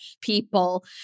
people